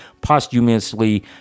posthumously